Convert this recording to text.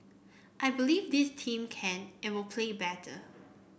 I believe this team can and will play better